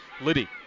Liddy